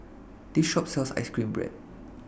This Shop sells Ice Cream Bread